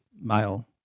male